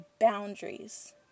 boundaries